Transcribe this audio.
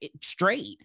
straight